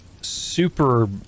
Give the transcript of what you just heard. super